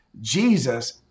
Jesus